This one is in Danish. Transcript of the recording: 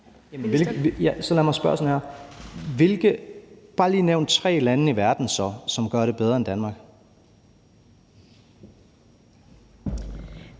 Lad mig så sige det her: Bare nævn tre lande i verden så, som gør det bedre end Danmark.